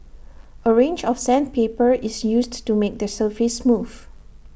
A range of sandpaper is used to make the surface smooth